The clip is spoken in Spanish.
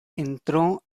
entró